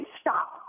stop